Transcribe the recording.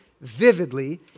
vividly